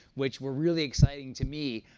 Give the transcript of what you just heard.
which were really exciting to me.